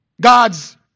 God's